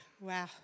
Wow